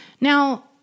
Now